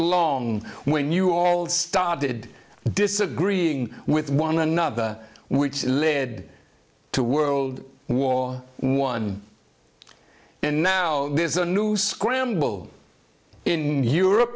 long when you all started disagreeing with one another which led to world war one and now there's a new scramble in europe